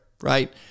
right